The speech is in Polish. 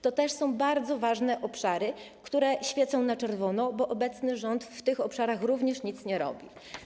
To też są bardzo ważne obszary, które świecą się na czerwono, bo obecny rząd w tych obszarach również nic nie robi.